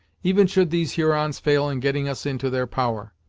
even should these hurons fail in getting us into their power.